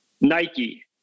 nike